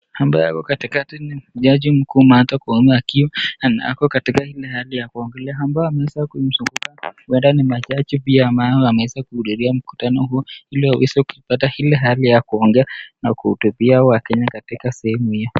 Ambaye ako katikati ni jaji mkuu Martha Koome akiwa ako katika ile hali ya kuongelea, ambao wameweza kumzunguka duara ni majaji pia ambao wameweza kuhudhuria mkutano huo ili waweze kupata ile hali ya kuongea na kuhutubia wakenya katika sehemu hiyo.